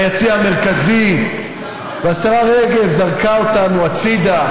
ביציע המרכזי, והשרה רגב זרקה אותנו הצידה,